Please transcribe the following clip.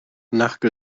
nac